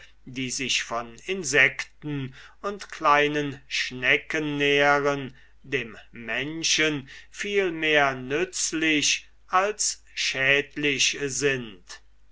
die sich von insecten und kleinen schnecken nähren dem menschen vielmehr nützlich als schädlich sind